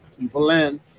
blend